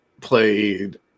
played